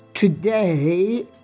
Today